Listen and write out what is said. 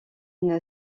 une